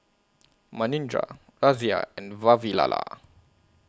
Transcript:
Manindra Razia and Vavilala